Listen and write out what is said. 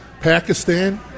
pakistan